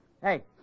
Hey